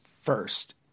first